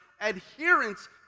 adherence